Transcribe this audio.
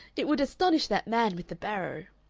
it would astonish that man with the barrow.